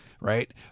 right